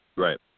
Right